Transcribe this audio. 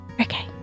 Okay